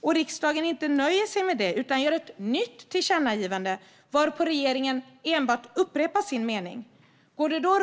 Och vad händer om riksdagen då inte nöjer sig med detta utan gör ett nytt tillkännagivande, varpå regeringen enbart upprepar sin mening? Går det då